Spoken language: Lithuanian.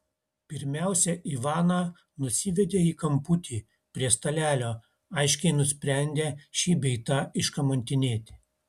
pirmiausia ivaną nusivedė į kamputį prie stalelio aiškiai nusprendę šį bei tą iškamantinėti